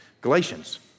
Galatians